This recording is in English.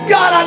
God